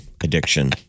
addiction